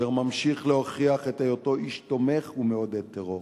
אשר ממשיך להוכיח את היותו איש תומך ומעודד טרור,